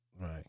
Right